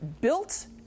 built